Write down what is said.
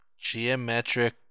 geometric